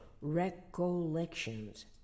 recollections